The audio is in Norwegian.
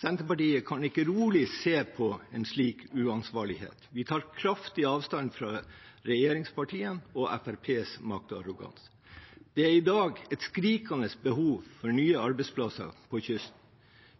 Senterpartiet kan ikke rolig se på en slik uansvarlighet. Vi tar kraftig avstand fra regjeringspartiene og Fremskrittspartiets maktarroganse. Det er i dag et skrikende behov for nye arbeidsplasser på kysten.